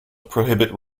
prohibit